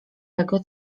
tego